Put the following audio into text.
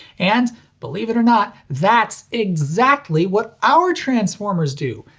and believe it or not, that's exactly what our transformers do!